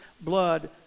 blood